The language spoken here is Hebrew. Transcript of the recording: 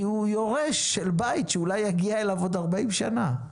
הוא יורש של בית שיגיע אליו עוד 40 שנים.